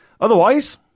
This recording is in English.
Otherwise